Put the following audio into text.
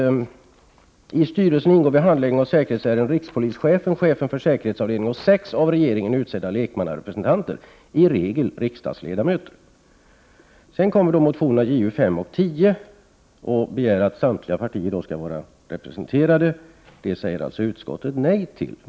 1988/89:120 säkerhetsärenden rikspolischefen, chefen för säkerhetsavdelningen och sex 24 maj 1989 av regeringen utsedda lekmannarepresentanter, i regel riksdagsledamöter.” I motionerna Ju5 och Ju10 begärs att samtliga partier skall vara representerade, vilket utskottet säger nej till.